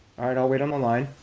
alright, i'll wait on the line.